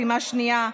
פעימה שנייה,